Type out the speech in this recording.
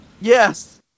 Yes